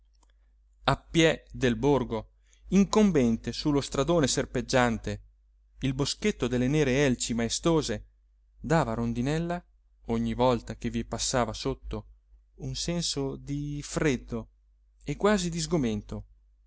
riceva appiè del borgo incombente su lo stradone serpeggiante il boschetto delle nere elci maestose dava a rondinella ogni volta che vi passava sotto un senso di freddo e quasi di sgomento